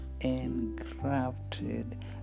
engrafted